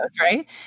right